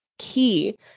Key